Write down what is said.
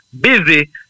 busy